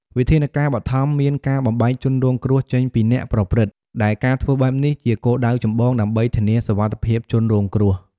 វិធានការបឋមរួមមានការបំបែកជនរងគ្រោះចេញពីអ្នកប្រព្រឹត្ត ដែលការធ្វើបែបនេះជាគោលដៅចម្បង ដើម្បីធានាសុវត្ថិភាពជនរងគ្រោះ។